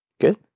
Good